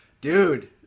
dude